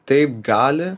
taip gali